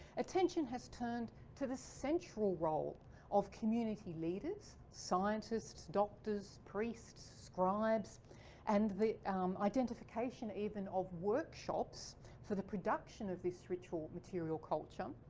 attention has turned to the central role of community leaders, scientists, doctors, priests, scribes and the identification even of workshops for the production of this ritual material culture.